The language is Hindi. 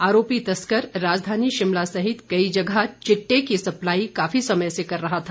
आरोपी तस्कर राजधानी शिमला सहित कई जगह चिट्टे की सप्लाई काफी समय से कर रहा था